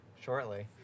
shortly